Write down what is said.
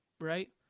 Right